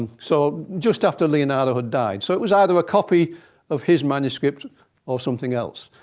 so just after leonardo had died. so it was either a copy of his manuscript or something else.